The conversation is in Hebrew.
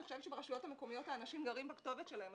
אני חושבת שברשויות המקומיות האנשים גרים בכתובת שלהם,